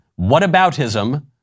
whataboutism